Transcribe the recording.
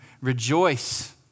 rejoice